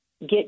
get